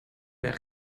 mehr